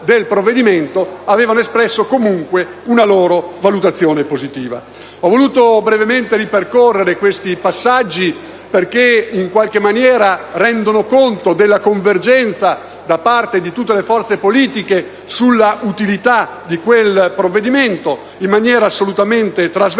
Ho voluto brevemente ripercorrere questi passaggi perché in qualche maniera rendono conto della convergenza da parte di tutte le forze politiche sull'utilità di quel provvedimento, in maniera assolutamente trasversale,